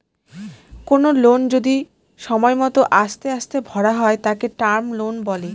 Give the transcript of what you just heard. কোনো লোন যদি সময় মত আস্তে আস্তে ভরা হয় তাকে টার্ম লোন বলে